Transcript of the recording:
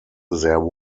their